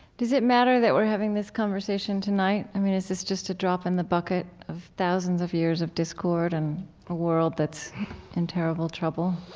does it matter that we're having this conversation tonight? i mean, is this just a drop in the bucket of thousands of years of discord in and a world that's in terrible trouble?